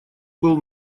был